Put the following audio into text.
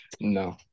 no